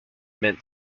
meant